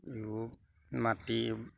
মাটি